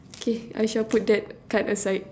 K I shall put that card aside